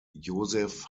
joseph